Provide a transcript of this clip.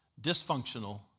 dysfunctional